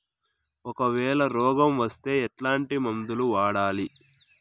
ఒకవేల రోగం వస్తే ఎట్లాంటి మందులు వాడాలి?